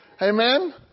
Amen